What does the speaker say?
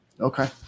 Okay